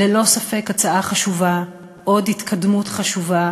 ללא ספק הצעה חשובה, עוד התקדמות חשובה